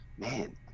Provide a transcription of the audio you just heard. man